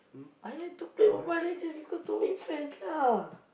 I like to play Mobile-Legend because to make friends lah